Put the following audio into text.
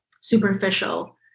superficial